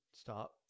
stop